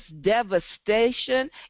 devastation